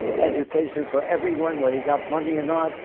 education for everyone, whether you got money or not,